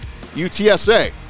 UTSA